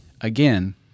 Again